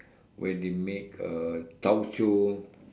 when they make uh tauco